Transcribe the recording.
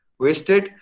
wasted